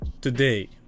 today